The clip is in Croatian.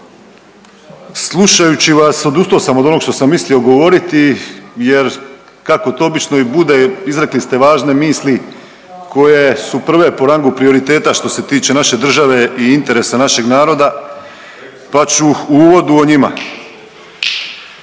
Slušajući vas odustao sam od onoga što sam mislio govoriti jer kako to obično i bude izrekli ste važne misli koje su prve po rangu prioriteta što se tiče naše države i interesa našeg naroda pa ću u uvodu o njima.